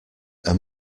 are